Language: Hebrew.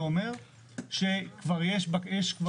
זה אומר שיש כבר תוכנית,